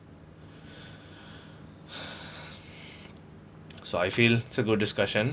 so I feel it's a good discussion